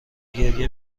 گریه